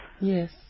Yes